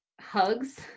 hugs